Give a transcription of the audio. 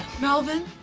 Melvin